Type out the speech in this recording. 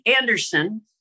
Anderson